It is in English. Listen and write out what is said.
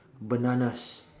bananas